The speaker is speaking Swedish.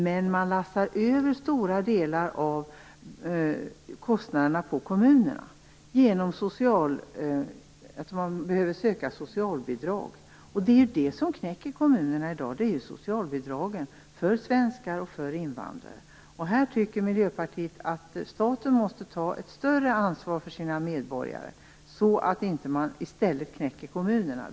Man har dock lastat över stora delar av kostnaderna på kommunerna, genom att många behöver söka socialbidrag. Det som knäcker kommunerna i dag är de socialbidrag som betalas ut till svenskar och invandrare. Här tycker Miljöpartiet att staten måste ta ett större ansvar för sina medborgare så att inte kommunerna knäcks.